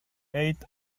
eight